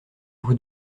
vous